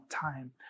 time